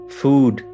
food